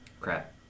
Crap